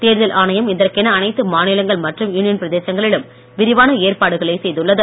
தேர்தல் ஆணையம் இதற்கென அனைத்து மாநிலங்கள் மற்றும் யூனியன் பிரதேசங்களிலும் விரிவான ஏற்பாடுகளை செய்துள்ளது